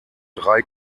drei